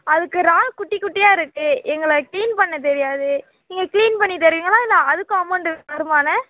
அதுக்கு இறால் குட்டி குட்டியாக இருக்கு எங்கள கிளீன் பண்ண தெரியாது நீங்கள் கிளீன் பண்ணி தருவீங்களா இல்லை அதுக்கும் அமவுண்டு வருமாண்ணா